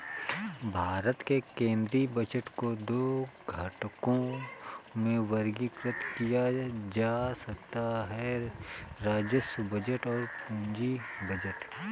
भारत के केंद्रीय बजट को दो घटकों में वर्गीकृत किया जा सकता है राजस्व बजट और पूंजी बजट